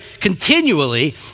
continually